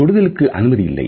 தொடுதலுக்கு அனுமதி இல்லை